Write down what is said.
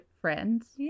friends